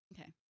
Okay